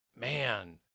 Man